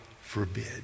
forbid